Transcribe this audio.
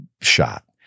shot